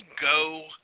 go